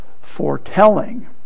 foretelling